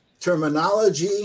terminology